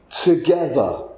together